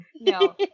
No